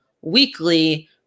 weekly